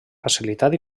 facilitat